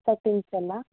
settings ಎಲ್ಲ